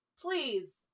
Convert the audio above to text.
please